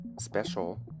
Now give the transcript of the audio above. special